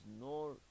no